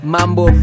Mambo